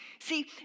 See